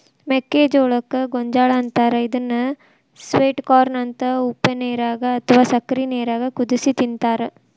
ಮೆಕ್ಕಿಜೋಳಕ್ಕ ಗೋಂಜಾಳ ಅಂತಾರ ಇದನ್ನ ಸ್ವೇಟ್ ಕಾರ್ನ ಅಂತ ಉಪ್ಪನೇರಾಗ ಅತ್ವಾ ಸಕ್ಕರಿ ನೇರಾಗ ಕುದಿಸಿ ತಿಂತಾರ